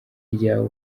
ryawe